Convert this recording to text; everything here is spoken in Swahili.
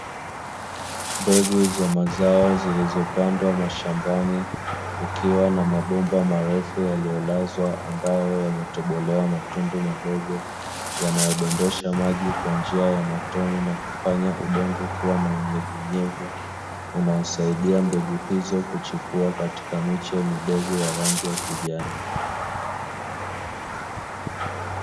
Mbegu za mazao zilizopandwa mashambani kukiwa na mabomba marefu yaliyolazwa; ambayo yametobolewa matundu madogo yanayodondosha maji kwa njia ya matone na kufanya udongo kuwa na unyevuunyevu unaosaidia mbegu hizo kuchipua katika miche midogo ya rangi ya kijani.